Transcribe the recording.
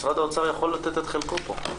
משרד האוצר יכול לתת את חלקו כאן.